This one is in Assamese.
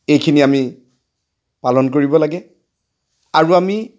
এইখিনি আমি পালন কৰিব লাগে আৰু আমি